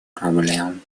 проблем